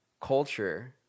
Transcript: culture